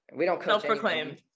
self-proclaimed